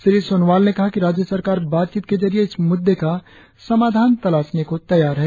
श्री सोनोवाल ने कहा कि राज्य सरकार बातचीत के जरिए इस मुद्दे का समाधान तलाशनें को तैयार है